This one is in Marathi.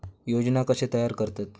योजना कशे तयार करतात?